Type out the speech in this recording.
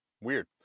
weird